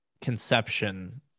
conception